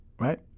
Right